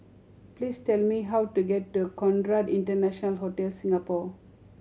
please tell me how to get to Conrad International Hotel Singapore